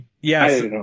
Yes